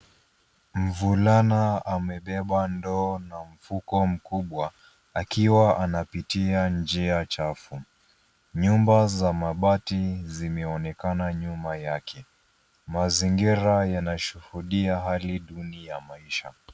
Mvulana amebeba ndoo na mfuko mkubwa, akiwa anapitia njia chafu. Nyumba za mabati zimeonekana nyuma yake. Mazingira yanashuhudia hali duni ya maisha.